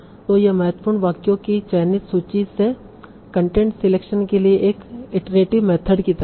तो यह महत्वपूर्ण वाक्यों की चयनित सूची से कंटेंट सिलेक्शन के लिए एक इटरेटिव मेथड की तरह है